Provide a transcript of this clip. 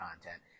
content